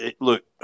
Look